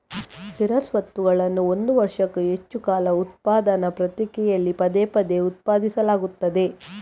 ಸ್ಥಿರ ಸ್ವತ್ತುಗಳನ್ನು ಒಂದು ವರ್ಷಕ್ಕೂ ಹೆಚ್ಚು ಕಾಲ ಉತ್ಪಾದನಾ ಪ್ರಕ್ರಿಯೆಗಳಲ್ಲಿ ಪದೇ ಪದೇ ಉತ್ಪಾದಿಸಲಾಗುತ್ತದೆ